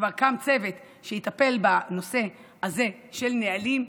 שכבר קם צוות שיטפל בנושא הזה של נהלים,